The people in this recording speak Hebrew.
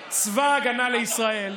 בתחנת השידור של צבא ההגנה לישראל,